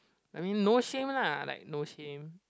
I mean no shame lah like no shame